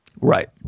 Right